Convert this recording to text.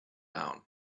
down